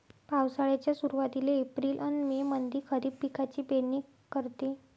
पावसाळ्याच्या सुरुवातीले एप्रिल अन मे मंधी खरीप पिकाची पेरनी करते